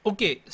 Okay